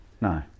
No